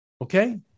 Okay